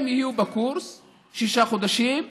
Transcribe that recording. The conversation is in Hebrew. הם יהיו בקורס שישה חודשים,